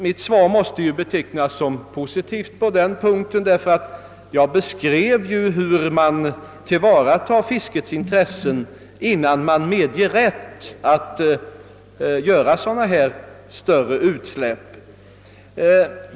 Mitt svar måste betecknas som positivt på den punkten; jag beskrev ju hur man tillvaratar fiskets intressen innan man medger rätt att göra sådana större utsläpp.